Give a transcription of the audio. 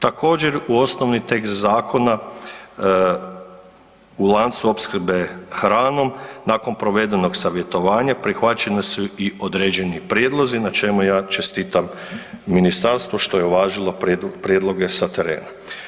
Također u osnovni tekst zakona u lancu opskrbe hranom nakon provedenog savjetovanja prihvaćeni su i određeni prijedlozi na čemu ja čestitam ministarstvu što je uvažilo prijedloge sa terena.